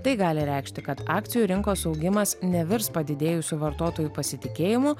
tai gali reikšti kad akcijų rinkos augimas nevirs padidėjusiu vartotojų pasitikėjimu